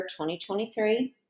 2023